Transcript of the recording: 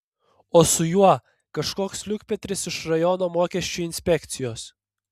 o su juo kažkoks liukpetris iš rajono mokesčių inspekcijos